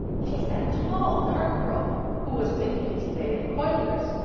she's that tall, dark girl who was with you yesterday at cuyler's.